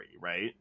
right